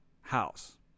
house